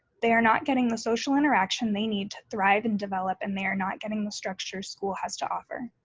they are not getting the social interaction they need to thrive and develop and they're not getting the structure school has to offer.